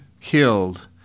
killed